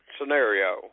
scenario